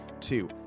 Two